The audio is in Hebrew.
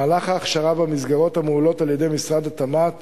מהלך ההכשרה במסגרות המועלות על-ידי משרד התמ"ת